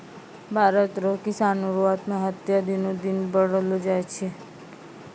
भारत रो किसानो रो आत्महत्या दिनो दिन बढ़लो जाय छै